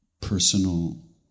personal